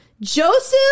Joseph